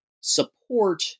support